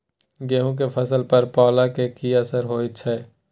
गेहूं के फसल पर पाला के की असर होयत छै?